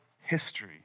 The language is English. history